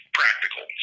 practical